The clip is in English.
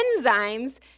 enzymes